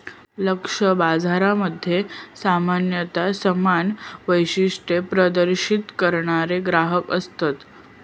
लक्ष्य बाजारामध्ये सामान्यता समान वैशिष्ट्ये प्रदर्शित करणारे ग्राहक असतत